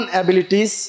abilities